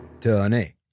Tony